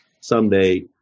someday